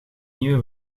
nieuwe